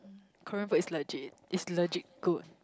Korean food is legit is legit good